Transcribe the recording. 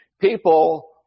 people